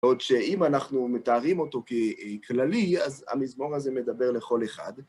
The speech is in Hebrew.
עוד שאם אנחנו מתארים אותו ככללי, אז המזמור הזה מדבר לכל אחד.